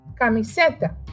camiseta